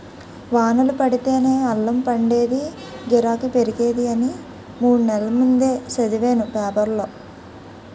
వానలు పడితేనే అల్లం పండేదీ, గిరాకీ పెరిగేది అని మూడు నెల్ల ముందే సదివేను పేపరులో